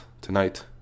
tonight